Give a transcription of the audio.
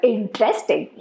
Interesting